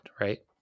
Right